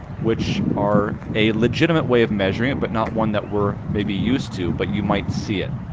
which are a legitimate way of measuring it, but not one that we're maybe used to. but you might see it,